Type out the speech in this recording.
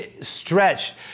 stretched